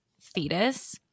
fetus